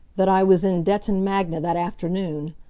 that i was in detton magna that afternoon.